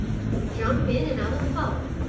jump in and i will follow